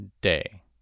day